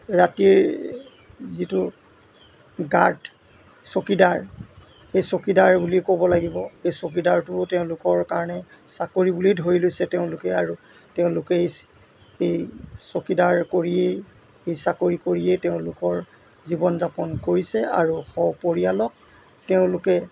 ৰাতিৰ যিটো গাৰ্ড চকীদাৰ সেই চকীদাৰ বুলি ক'ব লাগিব এই চকীদাৰটোও তেওঁলোকৰ কাৰণে চাকৰি বুলিয়ে ধৰি লৈছে তেওঁলোকে আৰু তেওঁলোকে এই চকীদাৰ কৰিয়েই সেই চাকৰি কৰিয়েই তেওঁলোকৰ জীৱন যাপন কৰিছে আৰু সপৰিয়ালক তেওঁলোকে